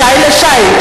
משי לשי.